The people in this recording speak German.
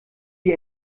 die